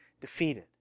defeated